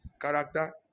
character